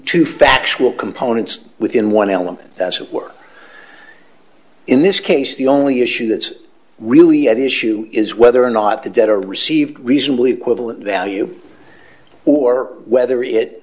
to factual components within one element as it were in this case the only issue that's really at issue is whether or not the debtor received reasonably quibble and value or whether it